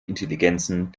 intelligenzen